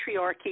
patriarchy